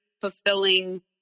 fulfilling